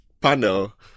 panel